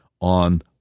on